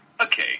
Okay